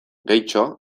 gehitxo